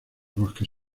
bosques